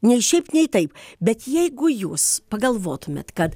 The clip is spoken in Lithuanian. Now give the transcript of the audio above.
nei šiaip nei taip bet jeigu jūs pagalvotumėt kad